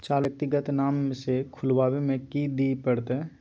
चालू खाता व्यक्तिगत नाम से खुलवाबै में कि की दिये परतै?